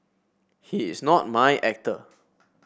he is not my actor